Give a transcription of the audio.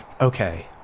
Okay